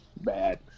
bad